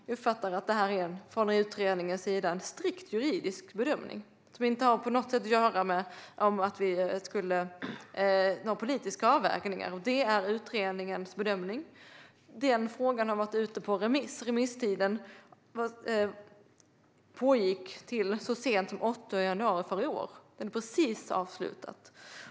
Jag uppfattar att det från utredningens sida är en strikt juridisk bedömning som inte på något sätt har att göra med några politiska avvägningar. Det är utredningens bedömning. Detta har varit ute på remiss. Remisstiden pågick till den 8 januari i år. Den är precis avslutad.